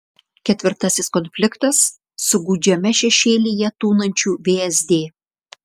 ketvirtasis konfliktas su gūdžiame šešėlyje tūnančiu vsd